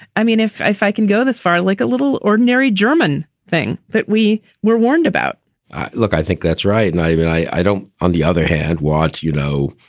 i mean, if i if i can go this far like a little ordinary german thing that we were warned about look, i think that's right. and i mean, i don't. on the other hand, watch. you know,